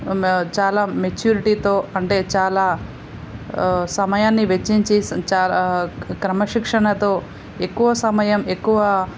మె చాలా మెచ్యూరిటీతో అంటే చాలా సమయాన్ని వెచ్చించేసి చాలా క్రమశిక్షణతో ఎక్కువ సమయం ఎక్కువ